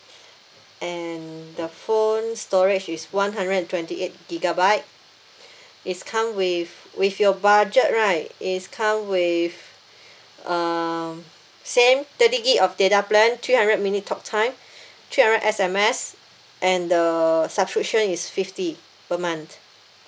and the phone storage is one hundred and twenty eight gigabyte it's come with with your budget right it's come with um same thirty gig of data plan three hundred minute talk time three hundred S_M_S and the subscription is fifty per month